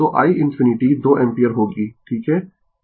तो i ∞ 2 ampere होगी ठीक है